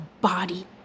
body